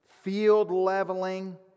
field-leveling